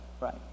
Right